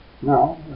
No